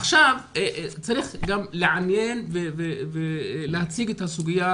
עכשיו צריך גם לעניין ולהציג את הסוגיה